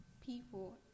people